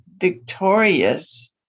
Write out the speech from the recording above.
victorious